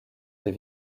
des